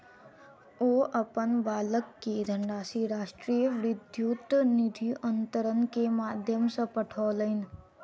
ओ अपन बालक के धनराशि राष्ट्रीय विद्युत निधि अन्तरण के माध्यम सॅ पठौलैन